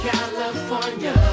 California